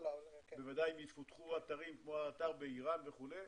שוודאי אם יפותחו אתרים כמו באיראן וכו',